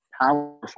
powerful